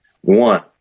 One